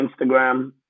Instagram